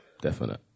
definite